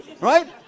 Right